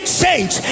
change